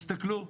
תסתכלו.